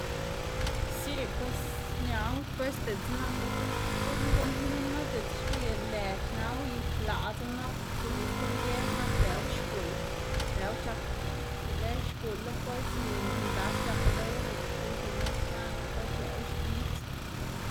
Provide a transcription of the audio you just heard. Sí pues ñaꞌwu pues diꞌtse naku diꞌt ti guꞌn guꞌnnpnima, diꞌtse xwiylá nlë xnawu y kwlaꞌdzu nap kwzuwa stib lger nap lëꞌwu xguꞌl, lëꞌwu c̲h̲ak be lë xguꞌlu pues y nlas c̲h̲ak ldoꞌwa diꞌtse kudlá nis x̱anu pues lëꞌwu xbidz.